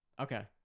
Okay